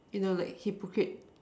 you know like hypocrite